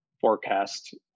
forecast